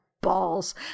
balls